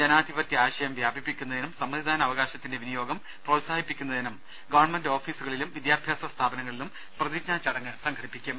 ജനാധിപത്യ ആശയം വ്യാപി പ്പിക്കുന്നതിനും സമ്മതിദാന അവകാശത്തിന്റെ വിനിയോഗം പ്രോത്സാഹി പ്പിക്കുന്നതിനും ഗവൺമെന്റ് ഓഫീസുകളിലും വിദ്യാഭ്യാസ സ്ഥാപനങ്ങ ളിലും പ്രതിജ്ഞാ ചടങ്ങ് സംഘടിപ്പിക്കും